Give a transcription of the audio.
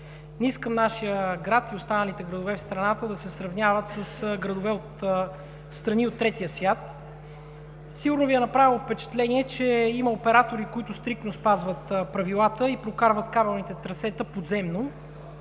Не искам нашият град и останалите градове в страната да се сравняват с градове от страните от третия свят. Сигурно Ви е направило впечатление, че има оператори, които стриктно спазват правилата и прокарват кабелните трасета подземно,